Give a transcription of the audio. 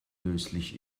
löslich